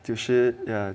就是 ya